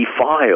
defile